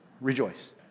Rejoice